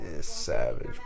Savage